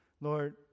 lord